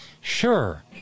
sure